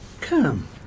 Come